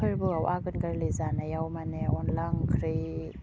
फोरबोआव आघोन गोरलै जानायाव माने अनला ओंख्रै